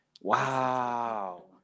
Wow